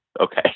Okay